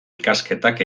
ikasketak